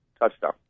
touchdown